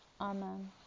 Amen